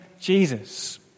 Jesus